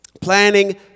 Planning